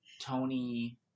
Tony